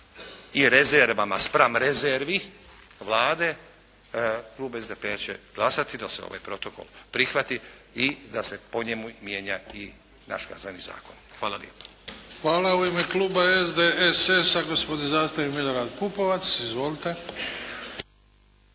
i rezervama spram rezervi Vlade, klub SDP-a će glasati da se ovaj protokol prihvati i da se po njemu mijenja i naš … zakon. Hvala lijepa. **Bebić, Luka (HDZ)** Hvala. U ime kluba SDSS-a, gospodin zastupnik Milorad Pupovac. Izvolite.